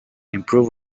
improve